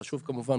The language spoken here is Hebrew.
חשוב כמובן,